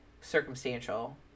circumstantial